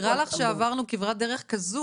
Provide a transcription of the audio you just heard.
אני מזכירה לך שעברנו כברת דרך כזו,